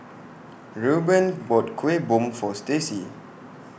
Reuben bought Kuih Bom For Stacy